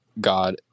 god